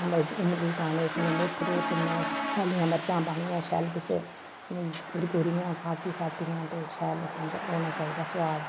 अम्बल च इम्बली पानी मेथरे भुन्नो सैलियां मरचां पानिया शैल बिच्च पूरी पूरी इ'यां साबती साबतियां ते शैल समझो होना चाहिदा सुआद